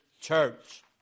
church